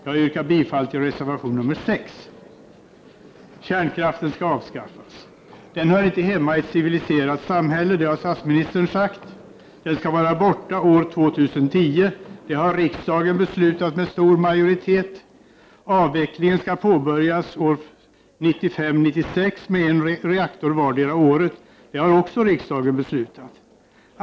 Jag yrkar bifall till reservation nr 6. Kärnkraften skall avskaffas. Den hör inte hemma i ett civiliserat samhälle, det har statsministern sagt. Den skall vara borta år 2010. Det har riksdagen beslutat med stor majoritet. Avvecklingen skall påbörjas åren 1995 och 1996 med en reaktor vardera året. Det har också riksdagen beslutat.